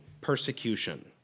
persecution